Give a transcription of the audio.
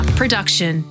production